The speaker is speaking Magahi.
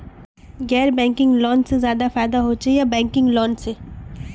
गैर बैंकिंग लोन से ज्यादा फायदा होचे या बैंकिंग लोन से?